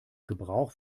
gebrauch